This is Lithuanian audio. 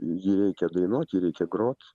jį reikia dainuoti reikia grot